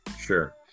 Sure